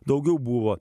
daugiau buvo